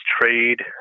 trade